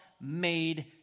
made